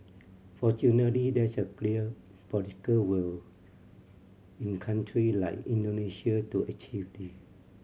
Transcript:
fortunately there is a clear political will in country like Indonesia to achieve this